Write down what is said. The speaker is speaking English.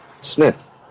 Smith